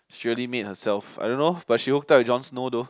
she really made herself I don't know but she hooked up with Jon Snow though